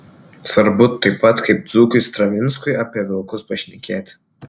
svarbu taip pat kaip dzūkui stravinskui apie vilkus pašnekėti